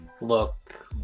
look